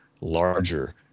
larger